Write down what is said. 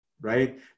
right